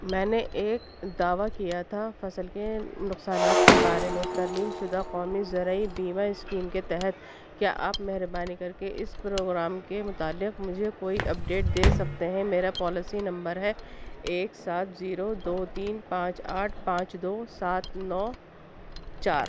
میں نے ایک دعوی کیا تھا فصل کے نقصانات کے بارے میں ترمیم شدہ قومی زرعی بیمہ اسکیم کے تحت کیا آپ مہربانی کر کے اس پروگرام کے متعلق مجھے کوئی اپڈیٹ دے سکتے ہیں میرا پالسی نمبر ہے ایک سات زیرو دو تین پانچ آٹھ پانچ دو سات نو چار